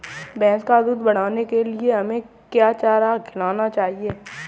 भैंस का दूध बढ़ाने के लिए हमें क्या चारा खिलाना चाहिए?